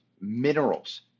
Minerals